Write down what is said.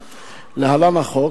להלן: החוק,